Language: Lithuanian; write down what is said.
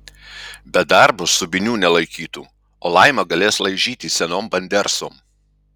be darbo subinių nelaikytų o laima galės laižyti senom bandersom